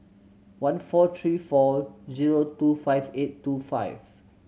one four three four zero two five eight two five